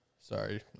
Sorry